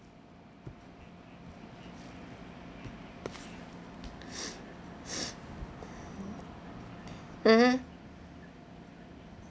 mmhmm